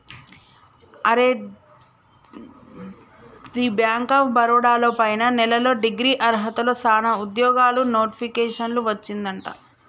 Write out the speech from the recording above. అరే the bank of Baroda లో పైన నెలలో డిగ్రీ అర్హతతో సానా ఉద్యోగాలు నోటిఫికేషన్ వచ్చిందట